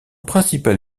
principal